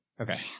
Okay